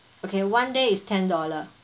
okay one day is ten dollars